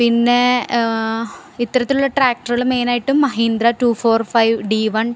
പിന്നെ ഇത്തരത്തിലുള്ള ട്രാക്ടറുകള് മെയിനായിട്ടും Mahindra two four five D one